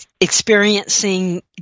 experiencing